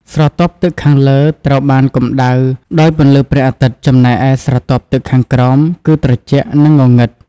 ស្រទាប់ទឹកខាងលើ ត្រូវបានកម្តៅដោយពន្លឺព្រះអាទិត្យ ចំណែកឯស្រទាប់ទឹកខាងក្រោម គឺត្រជាក់ និងងងឹត។